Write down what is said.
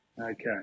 Okay